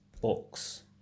books